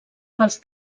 pels